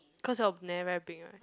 cause your neh very big right